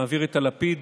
מעביר את הלפיד,